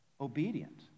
obedient